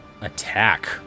attack